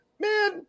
man